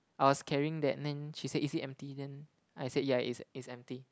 I was carrying that and then she said is it empty then I said yeah it's it's empty